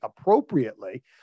appropriately